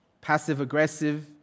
passive-aggressive